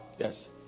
Yes